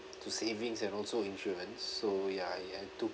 to savings and also insurance so ya you have to